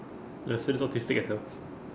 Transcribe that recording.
that shit is autistic as hell